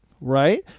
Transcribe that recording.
Right